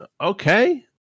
Okay